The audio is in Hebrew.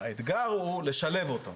האתגר הוא לשלב אותו,